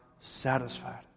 satisfied